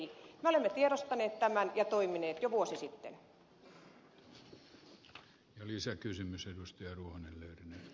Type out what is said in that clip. me olemme tiedostaneet tämän ja toimineet jo vuosi sitten